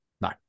no